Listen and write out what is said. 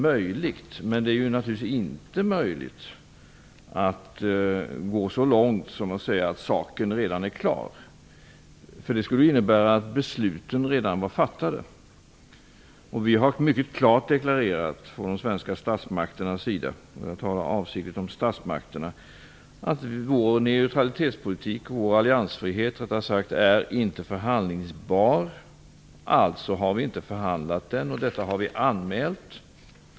Men det är inte möjligt att gå så långt att man säger att saken redan är klar. Det skulle ju innebära att besluten redan fattats. Vi från de svenska statsmakternas sida - jag talar avsiktligt om statsmakterna - har mycket klart deklarerat att vår alliansfrihet inte är förhandlingsbar. Vi har alltså inte förhandlat där, och detta har vi anmält.